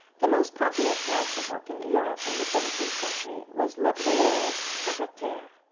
the most popular character-book in europe in the seventeenth century was la bruyere's caracteres.